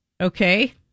Okay